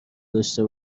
داشته